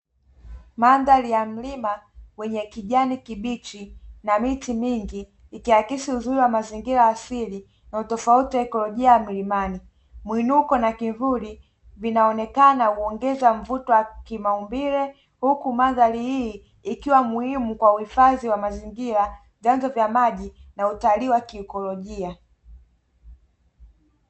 Mandhari ya mlima wenye kijani kibichi na miti mingi, ikihakisi uzuri wa mazingira asili na utofauti na ekolojia ya mlimani, mwinuko na kivuli inaonekana inaongeza mvuto wa kimaumbile, huku madhari hii ikiwa muhimu kwa uhifadhi wa mazingira, vyanzo vya maji na utalii wa kiikolojia.